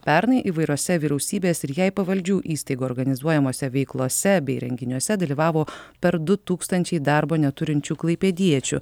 pernai įvairiose vyriausybės ir jai pavaldžių įstaigų organizuojamose veiklose bei renginiuose dalyvavo per du tūkstančiai darbo neturinčių klaipėdiečių